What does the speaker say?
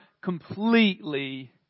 completely